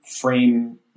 frame